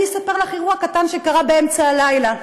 אני אספר לך אירוע קטן שקרה באמצע הלילה: